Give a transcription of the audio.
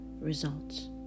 results